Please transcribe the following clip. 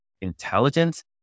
intelligence